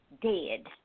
dead